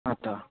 हँ तऽ